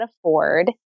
afford